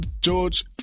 George